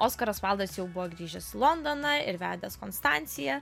oskaras vaildas jau buvo grįžęs į londoną ir vedęs konstanciją